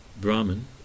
Brahman